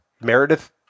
Meredith